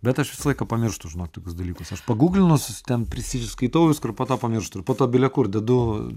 bet aš visą laiką pamirštu žinok tokius dalykus aš paguglinu si ten prisiskaitau visko ir po to pamirštu ir po to belekur dedu